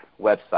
website